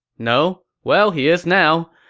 no? well, he is now.